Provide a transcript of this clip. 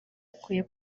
akwiye